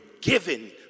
given